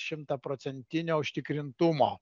šimtaprocentinio užtikrintumo